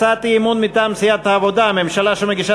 הצעת אי-אמון מטעם סיעת העבודה: ממשלה שמגישה